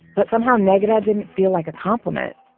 but somehow negra didn't feel like a compliment.